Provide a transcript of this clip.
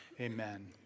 Amen